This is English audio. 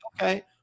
okay